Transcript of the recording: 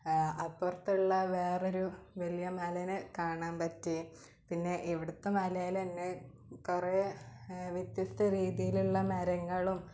അപ്പുറത്തുള്ള വേറെ ഒരു വലിയ മല കാണാൻ പറ്റി പിന്നെ ഇവിടുത്തെ മലയിലെ തന്നെ കുറേ വ്യത്യസ്ത രീതീയിലുള്ള മരങ്ങളും